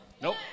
Nope